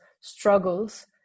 struggles